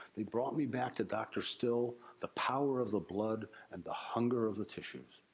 they brought me back to dr. still, the power of the blood, and the hunger of the tissues.